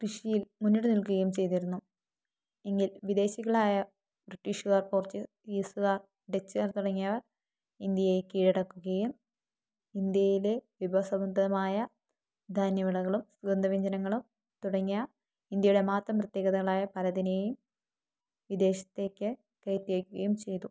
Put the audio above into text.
കൃഷിയിൽ മുന്നിട്ടു നിൽക്കുകയും ചെയ്തിരുന്നു എങ്കിൽ വിദേശികളായ ബ്രിട്ടീഷുകാർ പോർച്ചുഗീസുകാർ ഡച്ചുകാർ തുടങ്ങിയവർ ഇന്ത്യയെ കീഴടക്കുകയും ഇന്ത്യയിലെ വിഭവസമൃദ്ധമായ ധാന്യവിളകളും സുഗന്ധ വ്യഞ്ജനങ്ങളും തുടങ്ങിയ ഇന്ത്യയുടെ മാത്രം പ്രത്യേകതകളായ പലതിനേയും വിദേശത്തേക്ക് കയറ്റി അയക്കുകയും ചെയ്തു